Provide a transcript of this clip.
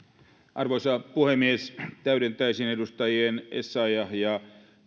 arvoisa puhemies täydentäisin edustajien essayah ja